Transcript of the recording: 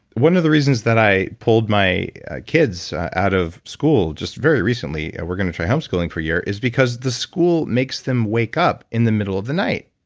one of the reasons that i pulled my kids out of school just very recently, and we're going to try homeschooling for a year is because the school makes them wake up in the middle of the night,